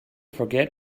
forget